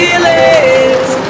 Feelings